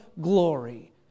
glory